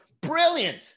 Brilliant